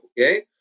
okay